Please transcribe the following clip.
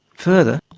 further,